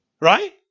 right